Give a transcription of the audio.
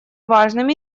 важным